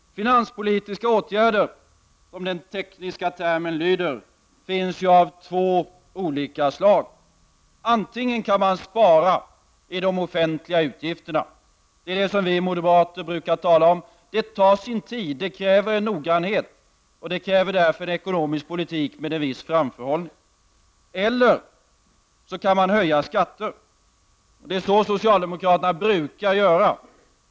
Finanspolitiska åtgärder, som den tekniska termen lyder, finns ju av två slag. Antingen kan man spara i de offentliga utgifterna. Det är det som vi moderater brukar tala om: det tar sin tid, det kräver noggrannhet och därmed också en ekonomisk politik med viss framförhållning. Eller också kan man höja skatter. Det är så socialdemokraterna brukar göra.